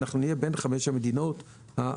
אנחנו נהיה בין חמש המדינות המובילות.